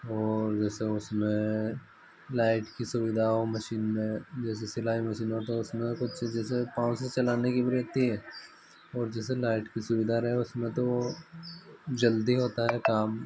और जैसे उसमें लाइट की सुविधा हो मशीन में जैसे सिलाई मशीन में है तो उसमें कुछ जैसे पाँव से चलाने की भी रहती है और जैसे लाइट की सुविधा रहे उसमें तो जल्दी होता है